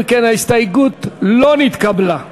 אם כן ההסתייגות לא נתקבלה.